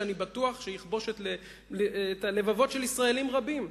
שאני בטוח שיכבוש את הלבבות של ישראלים רבים.